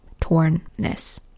tornness